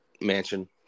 mansion